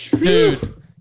Dude